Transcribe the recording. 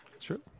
True